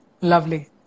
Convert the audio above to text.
lovely